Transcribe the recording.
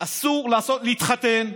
אסור להתחתן,